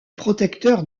protecteur